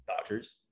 Dodgers